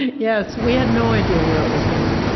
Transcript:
yes. we had no idea where it was going.